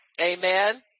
Amen